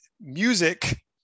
Music